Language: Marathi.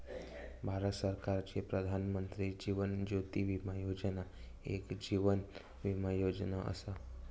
भारत सरकारची प्रधानमंत्री जीवन ज्योती विमा योजना एक जीवन विमा योजना असा